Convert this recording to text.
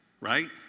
right